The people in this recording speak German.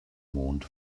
mond